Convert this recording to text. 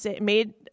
made